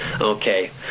Okay